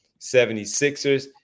76ers